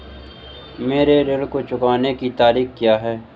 मेरे ऋण को चुकाने की तारीख़ क्या है?